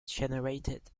generated